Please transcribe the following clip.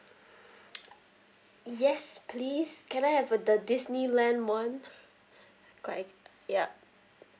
yes please can I have a the disneyland one could I ya